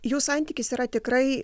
jų santykis yra tikrai